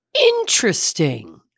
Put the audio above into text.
Interesting